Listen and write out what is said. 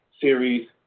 series